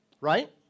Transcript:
Right